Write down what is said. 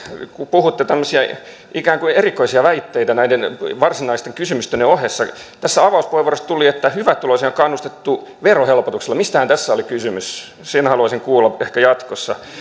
puhutte tämmöisiä ikään kuin erikoisia väitteitä näiden varsinaisten kysymystenne ohessa tässä avauspuheenvuorossa tuli että hyvätuloisia on kannustettu verohelpotuksilla mistähän tässä oli kysymys sen haluaisin kuulla ehkä jatkossa